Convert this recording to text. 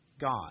God